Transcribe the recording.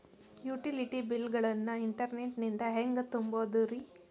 Utility bill ಗಳನ್ನ internet ನಿಂದ ಹೆಂಗ್ ತುಂಬೋದುರಿ?